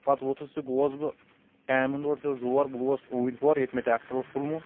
پتہٕ وۄتھس تہٕ گوٚوس بہٕ کامہِ ہنٛد اور چھُ روز بہٕ گوٚوس اونتۍ پور ییٚتہِ مےٚ ٹریٚکٹر اوس تُلمُت